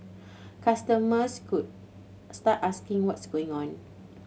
customers could start asking what's going on